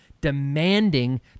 demanding